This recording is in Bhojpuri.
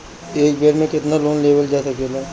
एक बेर में केतना लोन लेवल जा सकेला?